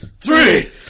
Three